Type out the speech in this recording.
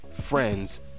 friends